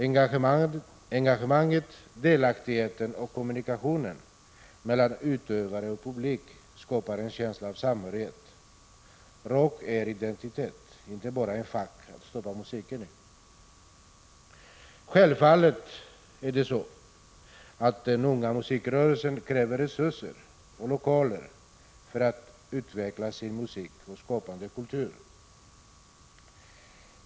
Engagemanget, delaktigheten och kommunikationen mellan utövare och publik skapar en känsla av samhörighet. Rock är identitet, inte bara ett fack att stoppa musiken i. Självfallet kräver de unga i musikrörelsen resurser och lokaler för att få utveckla sin musik och sin skapande kultur.